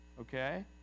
okay